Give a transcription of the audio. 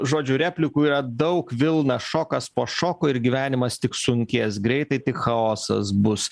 žodžių replikų yra daug vilna šokas po šoko ir gyvenimas tik sunkės greitai tik chaosas bus